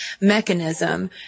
mechanism